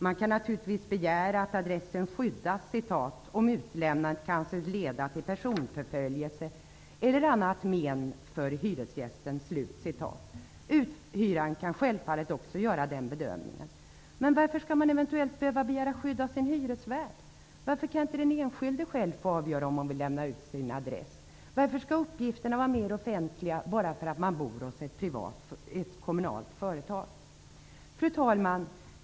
Man kan naturligtvis begära att adressen skyddas ''om utlämnandet kan anses leda till personförföljelse eller annat men för hyresgästen''. Uthyraren kan självfallet också göra den bedömningen. Men varför skall man eventuellt behöva begära skydd av sin hyresvärd? Varför kan inte den enskilde själv få avgöra om hon vill lämna ut sin adress? Varför skall uppgifterna vara mer offentliga bara därför att man bor hos ett kommunalt företag? Herr talman!